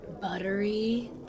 buttery